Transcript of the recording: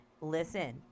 Listen